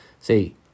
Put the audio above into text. See